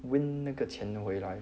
win 那个钱回来